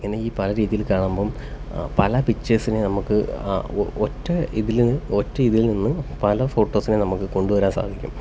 ഈ ഇങ്ങനെ പലരീതിയിൽ കാണുമ്പം പല പിക്ച്ചേഴ്സിനെ നമുക്ക് ഒറ്റ ഇതിൽ ഒറ്റ ഇതിൽനിന്ന് പല ഫോട്ടോസിനെ നമുക്ക് കൊണ്ട് വരാന് സാധിക്കും